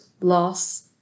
Loss